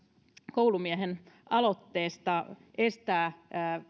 koulumiehen aloitteesta estää